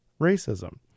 racism